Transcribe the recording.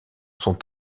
sont